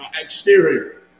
exterior